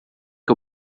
que